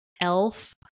Elf